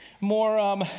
more